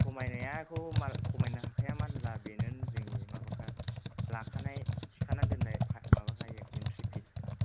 खमायनायाखौ खमायनो हाखाया मानो होनब्ला बेनो जोंनि माबाखा लाखानाय थिखाना दोननाय माबाखा इयो इनथ्रि फिसखा